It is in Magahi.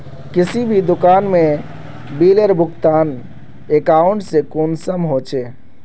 किसी भी दुकान में बिलेर भुगतान अकाउंट से कुंसम होचे?